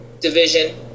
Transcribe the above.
division